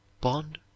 bond